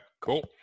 cool